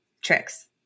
tricks